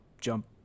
jump